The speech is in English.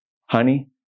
Honey